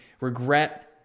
Regret